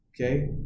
Okay